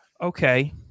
Okay